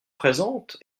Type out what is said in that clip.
présente